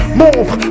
move